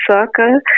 circle